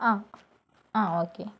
ആ ആ ഓക്കേ